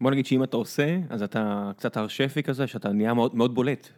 בוא נגיד שאם אתה עושה, אז אתה קצת הר שפי כזה, שאתה נהיה מאוד בולט.